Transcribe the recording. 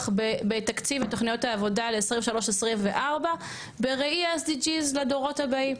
בתקציב ותוכניות העבודה ל-2023 2024 בראי ה-SDG לדורות הבאים.